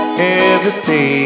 hesitate